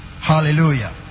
Hallelujah